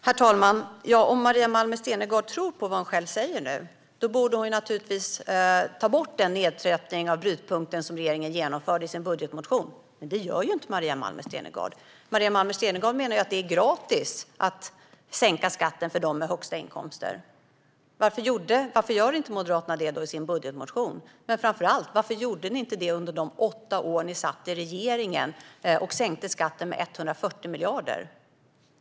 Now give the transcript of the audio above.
Herr talman! Om Maria Malmer Stenergard tror på vad hon själv säger nu borde hon naturligtvis ta bort den nedsättning av brytpunkten som regeringen genomförde i sin budget, men det gör inte Maria Malmer Stenergard. Maria Malmer Stenergard menar att det är gratis att sänka skatten för dem med de högsta inkomsterna. Varför gör inte Moderaterna det då i sin budgetmotion? Och varför gjorde ni inte det under de åtta år som ni satt i regeringen och sänkte skatten med 140 miljarder?